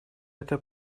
это